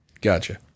gotcha